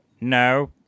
no